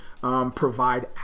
Provide